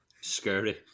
Scary